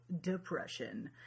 depression